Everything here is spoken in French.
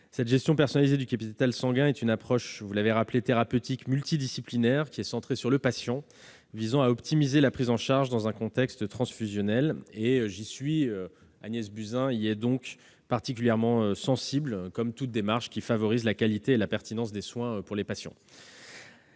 La gestion personnalisée du capital sanguin est une approche thérapeutique multidisciplinaire centrée sur le patient, visant à optimiser la prise en charge dans un contexte transfusionnel. Agnès Buzyn y est donc particulièrement sensible, comme à toute démarche favorisant la qualité et la pertinence des soins pour le patient.